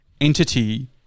entity